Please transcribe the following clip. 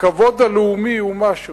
הכבוד הלאומי הוא משהו.